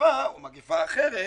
המגפה או מגפה אחרת,